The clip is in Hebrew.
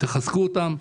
חזקו אותם.